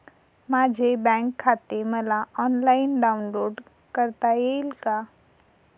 माझे बँक खाते मला ऑनलाईन डाउनलोड करता येईल का?